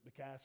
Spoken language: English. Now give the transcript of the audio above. McCaskey